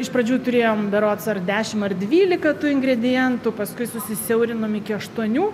iš pradžių turėjom berods ar dešim ar dvylika tų ingredientų paskui susiaurinom iki aštuonių